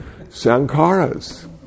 sankaras